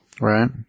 Right